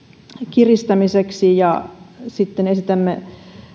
kiristämiseksi ja sitten esitämme